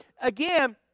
again